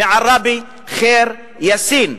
מעראבה: ח'יר יאסין.